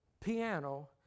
piano